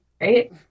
Right